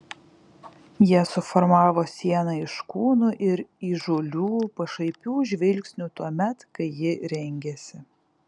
jie suformavo sieną iš kūnų ir įžūlių pašaipių žvilgsnių tuomet kai ji rengėsi